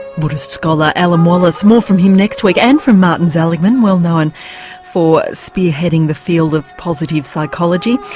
buddhist scholar alan wallace. more from him next week and from martin seligman, well known for spearheading the field of positive psychology.